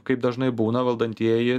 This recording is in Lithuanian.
kaip dažnai būna valdantieji